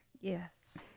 Yes